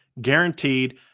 guaranteed